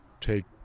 take